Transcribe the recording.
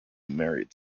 married